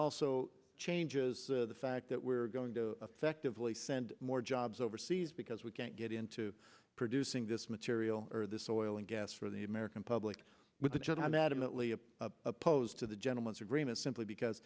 also changes the fact that we're going to effect of really send more jobs overseas because we can't get into producing this material or this oil and gas for the american public with the judge i'm adamantly opposed to the gentleman's agreement simply because